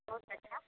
बहुत अच्छा